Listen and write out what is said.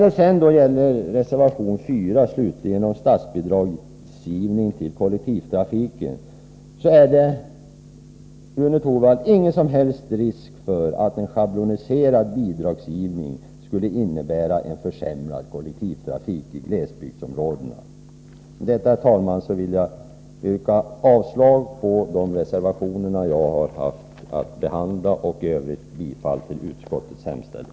Vad slutligen gäller reservation nr 4 om statsbidragsgivning till kollektivtrafiken vill jag säga till Rune Torwald att det inte är någon som helst risk att Med detta, herr talman, yrkar jag avslag på de reservationer jag har haft att behandla och i övrigt bifall till utskottets hemställan.